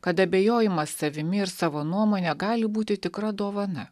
kad abejojimas savimi ir savo nuomone gali būti tikra dovana